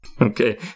Okay